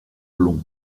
blonds